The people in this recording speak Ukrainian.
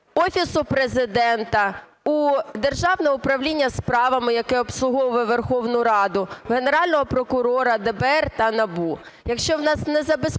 Офісу Президента, у Державного управління справами, яке обслуговує Верховну Раду, у Генерального прокурора, ДБР та НАБУ.